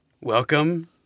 Welcome